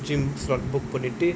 gym slot book பண்ணிட்டு:pannittu